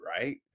right